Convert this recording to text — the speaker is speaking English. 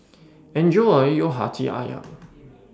Enjoy your Hati Ayam